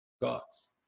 gods